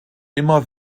immer